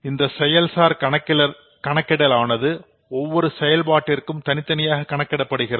இந்த செயல்சார் கணக்கிடல் ஆனது ஒவ்வொரு செயல்பாட்டிற்கும் தனித்தனியாக கணக்கிடப்படுகிறது